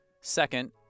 Second